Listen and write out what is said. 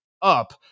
up